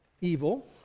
evil